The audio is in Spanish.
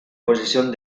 posesión